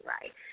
right